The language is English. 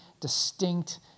distinct